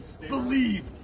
Believe